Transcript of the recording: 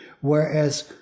whereas